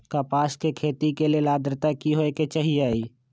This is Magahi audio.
कपास के खेती के लेल अद्रता की होए के चहिऐई?